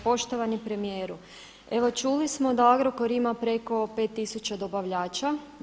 Poštovani premijeru, evo čuli smo da Agrokor ima preko 5 tisuća dobavljača.